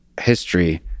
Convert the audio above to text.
history